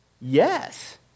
Yes